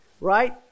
right